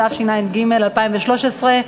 התשע"ג 2013,